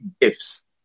gifts